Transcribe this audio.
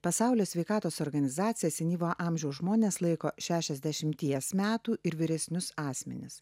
pasaulio sveikatos organizacija senyvo amžiaus žmonės laiko šešiasdešimties metų ir vyresnius asmenis